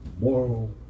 moral